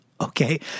okay